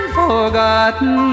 forgotten